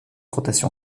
rotation